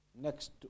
next